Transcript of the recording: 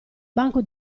banco